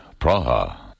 Praha